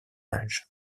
âge